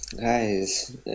guys